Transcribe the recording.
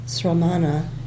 sramana